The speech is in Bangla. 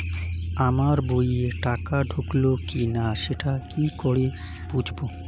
আমার বইয়ে টাকা ঢুকলো কি না সেটা কি করে বুঝবো?